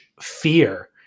fear